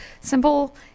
simple